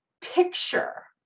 picture